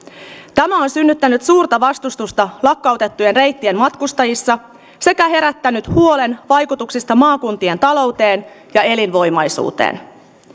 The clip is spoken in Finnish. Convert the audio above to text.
tämä on synnyttänyt suurta vastustusta lakkautettujen reittien matkustajissa sekä herättänyt huolen vaikutuksista maakuntien talouteen ja elinvoimaisuuteen